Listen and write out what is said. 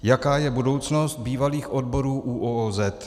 Jaká je budoucnost bývalých odborů ÚOOZ?